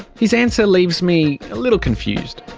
his answer leaves me a little confused.